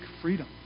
freedom